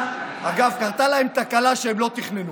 על החוק הזה חתמת.